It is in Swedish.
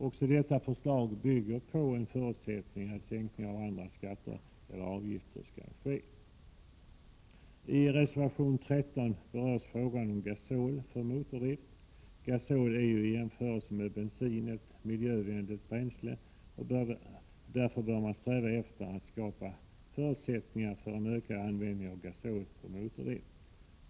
Också detta förslag bygger på förutsättningen att andra skatter eller avgifter sänks. I reservation 13 berörs frågan om gasol för motordrift. Gasol är ju i jämförelse med bensin ett miljövänligt bränsle, och därför bör man sträva efter att skapa förutsättningar för en ökad användning av gasol för motordrift.